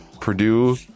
Purdue